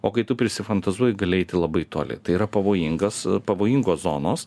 o kai tu prisifantazuoji gali eiti labai toli tai yra pavojingas pavojingos zonos